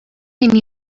min